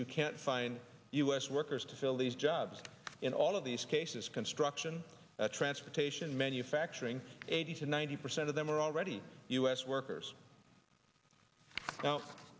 you can't find u s workers to fill these jobs in all of these cases construction transportation manufacturing eighty to ninety percent of them are already u s workers